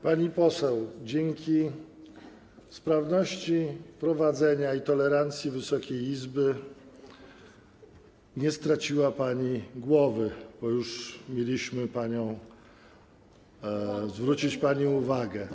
Pani poseł, dzięki sprawności prowadzenia obrad i tolerancji Wysokiej Izby nie straciła pani głowy, bo już mieliśmy zwrócić pani uwagę.